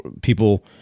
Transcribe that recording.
people